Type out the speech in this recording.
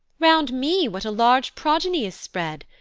round me what a large progeny is spread!